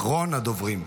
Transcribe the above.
אחרון הדוברים.